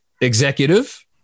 executive